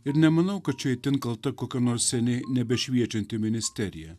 ir nemanau kad čia itin kalta kokia nors seniai nebešviečianti ministerija